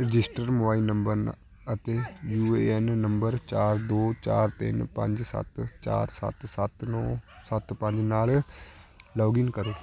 registered mobile number ਅਤੇ U A N number ਚਾਰ ਦੋ ਚਾਰ ਤਿੰਨ ਪੰਜ ਸੱਤ ਚਾਰ ਸੱਤ ਸੱਤ ਨੌ ਸੱਤ ਪੰਜ ਨਾਲ ਲੌਗਇਨ ਕਰੋ